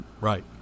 right